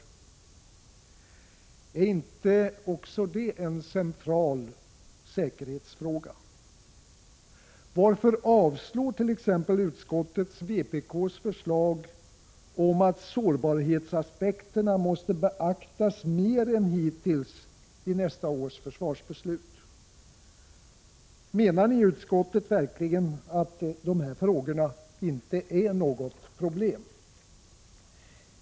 Är inte också det en central säkerhetsfråga? Varför avstyrker t.ex. utskottet vpk:s förslag om att sårbarhetsaspekterna måste beaktas mer än hittills i nästa års försvarsbeslut? Menar ni i utskottet verkligen att dessa frågor inte är något problem?